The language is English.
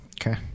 Okay